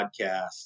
podcast